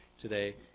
today